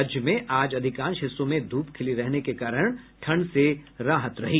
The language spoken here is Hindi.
राज्य में आज अधिकांश हिस्सों में धूप खिली रहने के कारण ठंड से राहत रही